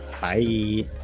Bye